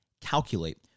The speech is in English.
Calculate